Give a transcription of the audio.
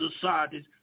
societies